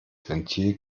ventil